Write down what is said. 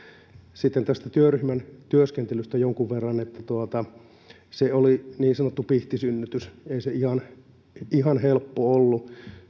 sitten tästä työryhmän työskentelystä jonkun verran se oli niin sanottu pihtisynnytys ei se ihan helppoa ollut